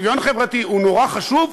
שוויון חברתי הוא נורא חשוב,